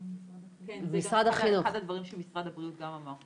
כן זה גם אחד הדברים שמשרד הבריאות גם אמר.